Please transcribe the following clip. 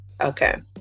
okay